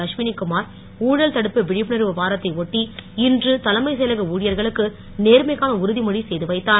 அஸ்வினி குமார் ஊழல்தடுப்னபு விழிப்புணர்வு வரத்தை ஒட்டி இன்று தலைமைச் செயலக ஊழியர்களுக்கு நேர்மைக்கான உறுதிமொழி செய்துவைத்தார்